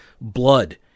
blood